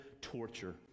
Torture